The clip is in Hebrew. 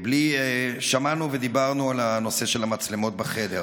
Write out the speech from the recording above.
שמענו ודיברנו על הנושא של המצלמות בחדר.